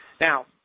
Now